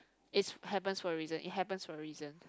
it's happens for a reason it happens for a reason